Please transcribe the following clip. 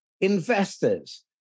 investors